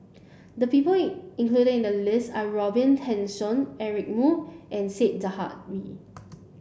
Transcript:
the people in included in the list are Robin Tessensohn Eric Moo and Said Zahari